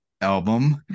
album